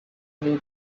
new